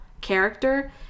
character